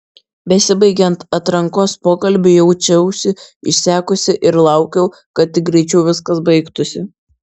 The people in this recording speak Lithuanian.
besibaigiant atrankos pokalbiui jaučiausi išsekusi ir laukiau kad tik greičiau viskas baigtųsi